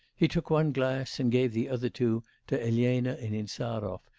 he took one glass, and gave the other two to elena and insarov,